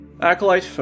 Acolyte